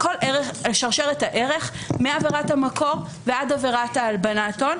על כל שרשרת הערך מעבירת המקור ועד עבירת הלבנת ההון.